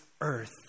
earth